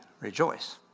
rejoice